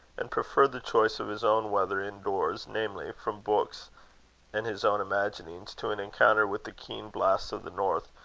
and preferred the choice of his own weather indoors, namely, from books and his own imaginings, to an encounter with the keen blasts of the north,